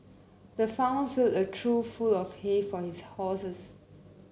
the farmer filled a trough full of hay for his horses